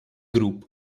group